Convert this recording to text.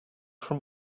from